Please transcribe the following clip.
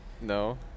No